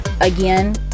again